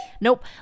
Nope